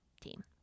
team